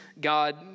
God